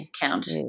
Count